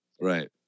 Right